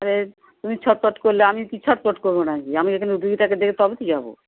আরে তুমি ছটপট করলে আমি কি ছটপট করবো না কি আমি এখানে রুগি টাকে দেখে তবে ত যাবো